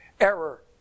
error